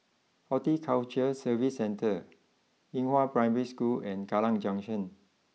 Horticulture Services Centre Xinghua Primary School and Kallang Junction